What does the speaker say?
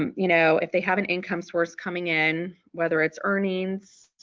um you know if they have an income source coming in whether it's earnings,